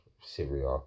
Syria